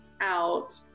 out